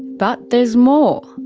but there's more.